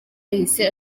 yahise